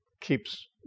keeps